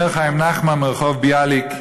אומר חיים נחמן מרחוב ביאליק: